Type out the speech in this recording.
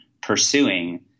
pursuing